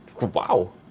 wow